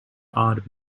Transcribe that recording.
odd